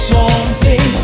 Someday